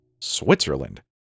Switzerland